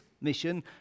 mission